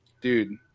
dude